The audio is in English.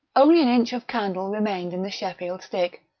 only an inch of candle remained in the sheffield stick,